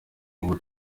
ubu